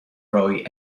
roy